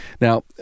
Now